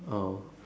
oh